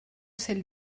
celle